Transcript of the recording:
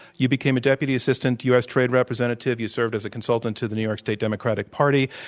you became a deputy assistant u. s. trade representative. you served as a consultant to the new york state democratic party.